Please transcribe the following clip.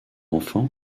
enfant